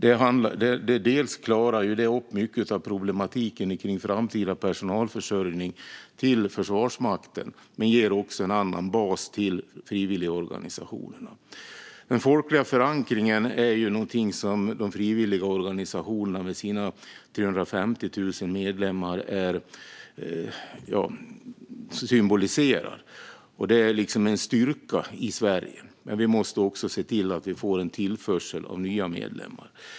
Det klarar delvis upp mycket av problematiken med framtida personalförsörjning till Försvarsmakten men ger också frivilligorganisationerna en annan bas. Den folkliga förankringen är något som frivilligorganisationerna med sina 350 000 medlemmar symboliserar. Det är en styrka i Sverige. Men vi måste också se till att få tillförsel av nya medlemmar.